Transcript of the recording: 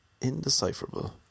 indecipherable